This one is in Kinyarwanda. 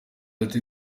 ati